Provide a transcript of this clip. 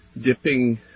dipping